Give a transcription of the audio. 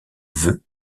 vœu